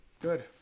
Good